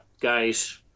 guys